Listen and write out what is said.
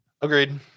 Agreed